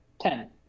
Ten